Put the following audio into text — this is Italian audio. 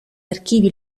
archivi